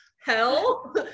hell